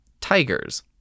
tigers